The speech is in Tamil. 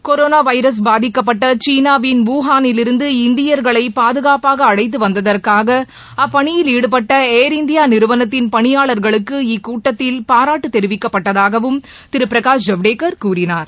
கரோனா வைரஸ் பாதிக்கப்பட்ட சீனாவின் வூகானிலிருந்து இந்தியர்களை பாதுகாப்பாக அழைத்து வந்ததற்காக அப்பணியில் ஈடுபட்ட ஏர்இந்தியா நிறுவனத்தின் பணியாளர்களுக்கு இக்கூட்டத்தில் பாராட்டு தெரிவிக்கப்பட்டதாகவும் திரு பிரகாஷ் ஜவ்டேக்கர் கூறினார்